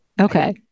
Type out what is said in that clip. Okay